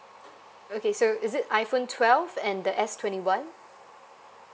okay so is it iphone twelve and the S twenty one